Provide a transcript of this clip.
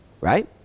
right